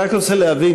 אני רק רוצה להבין,